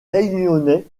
réunionnais